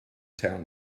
town